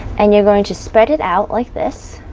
and you're going to spread it out like this